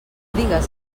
digues